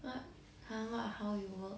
what !huh! what how you work